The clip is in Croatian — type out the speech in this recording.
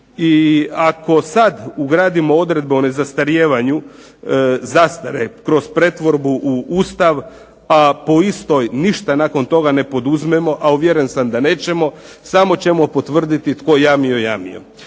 I ako sad ugradimo odredbe o nezastarijevanju zastare kroz pretvorbu u Ustav, a po istoj ništa nakon toga ne poduzmemo a uvjeren sam da nećemo samo ćemo potvrditi tko jamio, jamio.